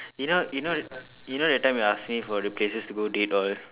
you know you know you know that time you ask me for the places to go date all